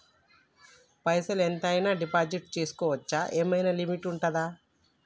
పైసల్ ఎంత అయినా డిపాజిట్ చేస్కోవచ్చా? ఏమైనా లిమిట్ ఉంటదా?